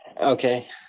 Okay